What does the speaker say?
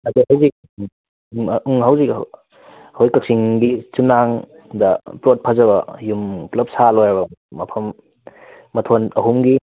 ꯍꯧꯖꯤꯛ ꯍꯧꯖꯤꯛ ꯀꯛꯆꯤꯡꯒꯤ ꯆꯨꯝꯅꯥꯡꯗ ꯄ꯭ꯂꯣꯠ ꯐꯖꯕ ꯌꯨꯝ ꯄ꯭ꯂꯣꯠ ꯁꯥꯕ ꯂꯣꯏꯔꯕ ꯃꯐꯝ ꯃꯊꯣꯟ ꯑꯍꯨꯝꯒꯤ